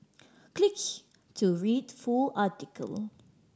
click to read full article